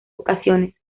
ocasiones